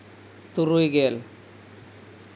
ᱛᱩᱨᱩᱭ ᱜᱮᱞ